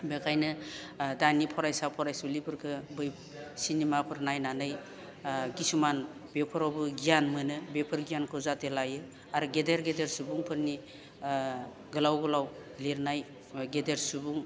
बेनिखायनो दानि फरायसा फरायसुलिफोरखौ बै सिनेमाफोर नायनानै किसुमान बेफोरावबो गियान मोनो बेफोर गियानखौ जाहाथे लायो आरो गेदेर गेदेर सुबुंफोरनि गोलाव गोलाव लिरनाय गेदेर सुबुं